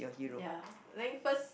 ya I think first